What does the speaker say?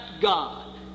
God